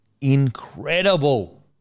incredible